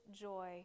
joy